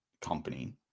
company